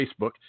Facebook